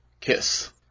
KISS